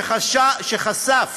וחשף